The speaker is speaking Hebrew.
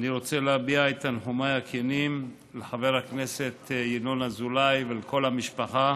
אני רוצה להביע את תנחומיי הכנים לחבר הכנסת ינון אזולאי ולכל המשפחה